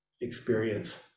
experience